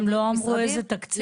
הם לא אמרו איזה תקציב.